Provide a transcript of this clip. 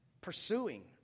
pursuing